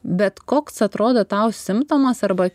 bet koks atrodo tau simptomas arba